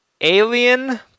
alien